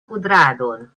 kudradon